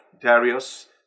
Darius